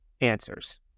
answers